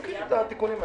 מכירים את התיקונים האלה.